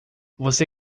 você